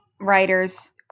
writers